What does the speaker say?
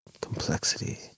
complexity